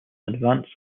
advance